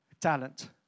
talent